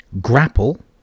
Grapple